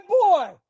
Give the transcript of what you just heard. boy